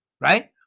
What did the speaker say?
right